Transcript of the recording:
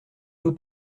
peu